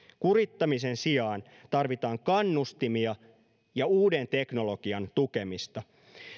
kurittamisen sijaan tarvitaan kannustimia ja uuden teknologian tukemista